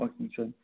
ஓகேங்க சார்